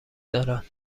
دارند